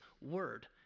word